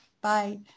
bye